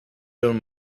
don’t